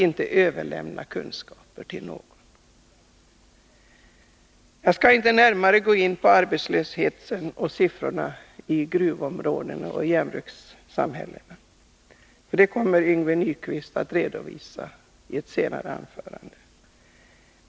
Jag skall inte gå närmare in på arbetslösheten i gruvområden och järnvägssamhällen. Det kommer Yngve Nyquist att redovisa i ett senare anförande.